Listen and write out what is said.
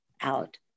out